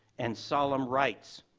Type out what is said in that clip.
and solemn rites.